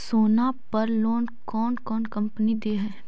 सोना पर लोन कौन कौन कंपनी दे है?